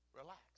relax